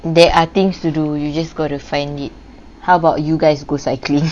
there are things to do you just got to find it how about you guys go cycling